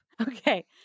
Okay